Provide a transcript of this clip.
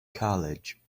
college